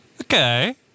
Okay